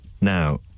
Now